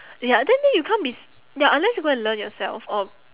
ya then then you can't be s~ ya unless you go and learn yourself or